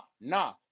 nah